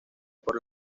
por